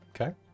Okay